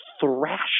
thrash